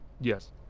Yes